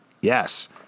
Yes